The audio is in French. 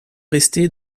restée